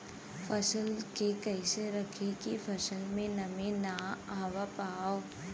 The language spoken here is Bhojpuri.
फसल के कैसे रखे की फसल में नमी ना आवा पाव?